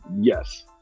Yes